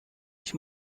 ich